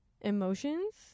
emotions